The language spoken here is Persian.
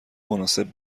مناسب